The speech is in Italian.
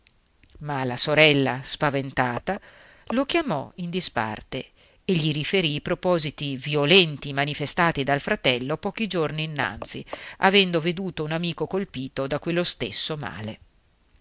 ma la sorella spaventata lo chiamò in disparte e gli riferì i propositi violenti manifestati dal fratello pochi giorni innanzi avendo veduto un amico colpito da quello stesso male